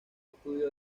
estudio